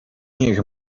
niech